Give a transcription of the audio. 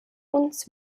uns